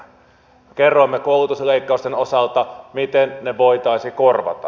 kerroimme koulutusleikkausten osalta miten ne voitaisiin korvata